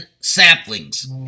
saplings